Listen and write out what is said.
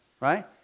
Right